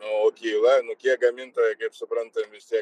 o kyla nu kiek gamintojai kaip suprantam vis tiek